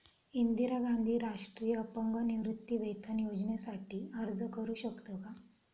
इंदिरा गांधी राष्ट्रीय अपंग निवृत्तीवेतन योजनेसाठी अर्ज करू शकतो का?